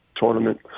tournament